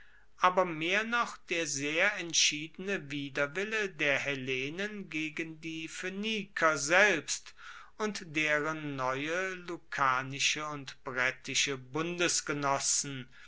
aber mehr noch der sehr entschiedene widerwille der hellenen gegen die phoeniker selbst und deren neue lucanische und brettische